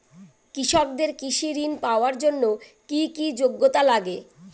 কৃষকদের কৃষি ঋণ পাওয়ার জন্য কী কী যোগ্যতা লাগে?